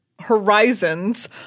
horizons